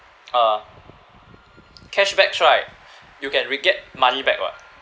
uh cashbacks right you can re~ get money back what